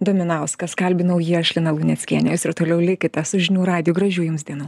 dominauskas kalbinau jį aš lina luneckienė jūs ir toliau likite su žinių radiju gražių jums dienų